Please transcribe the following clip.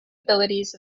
abilities